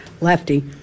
Lefty